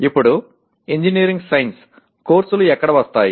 ఇప్పుడు engineering science కోర్సులు ఎక్కడ వస్తాయి